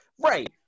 Right